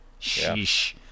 Sheesh